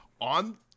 on